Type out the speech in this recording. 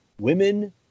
Women